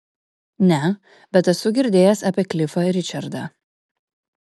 ne bet esu girdėjęs apie klifą ričardą